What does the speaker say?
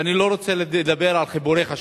ואני לא רוצה לדבר על חיבורי חשמל,